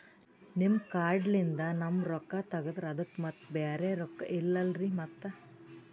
ನಿಮ್ ಕಾರ್ಡ್ ಲಿಂದ ನಮ್ ರೊಕ್ಕ ತಗದ್ರ ಅದಕ್ಕ ಮತ್ತ ಬ್ಯಾರೆ ರೊಕ್ಕ ಇಲ್ಲಲ್ರಿ ಮತ್ತ?